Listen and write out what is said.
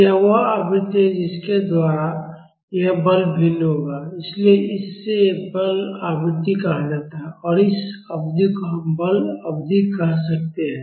यह वह आवृत्ति है जिसके द्वारा यह बल भिन्न होगा इसलिए इसे बल आवृत्ति कहा जाता है और इस अवधि को हम बल अवधि कह सकते हैं